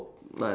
like